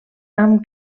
amb